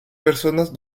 personas